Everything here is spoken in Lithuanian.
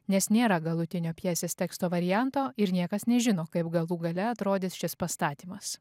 nes nėra galutinio pjesės teksto varianto ir niekas nežino kaip galų gale atrodys šis pastatymas